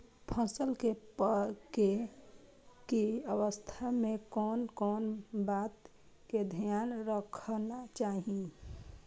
फसल के पाकैय के अवस्था में कोन कोन बात के ध्यान रखना चाही?